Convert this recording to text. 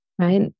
right